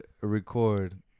record